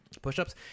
pushups